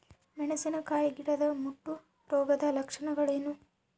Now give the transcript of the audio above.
ಮೆಣಸಿನಕಾಯಿ ಗಿಡದ ಮುಟ್ಟು ರೋಗದ ಲಕ್ಷಣಗಳೇನು?